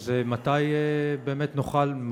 אז מתי באמת נוכל,